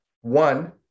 one